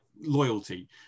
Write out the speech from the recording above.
loyalty